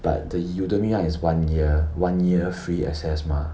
but the Udemy one is one year one year free access mah